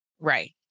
Right